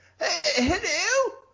hello